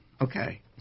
Okay